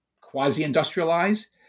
quasi-industrialize